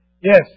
Yes